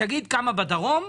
כמה מהם בדרום?